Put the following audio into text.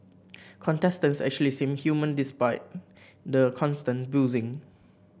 contestants actually seem human despite the constant boozing